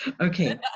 Okay